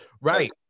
Right